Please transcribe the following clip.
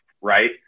right